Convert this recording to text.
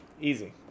Easy